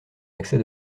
accès